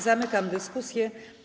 Zamykam dyskusję.